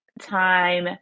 time